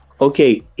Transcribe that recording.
Okay